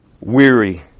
weary